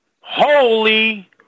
Holy